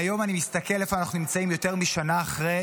היום אני מסתכל איפה אנחנו נמצאים יותר משנה אחרי,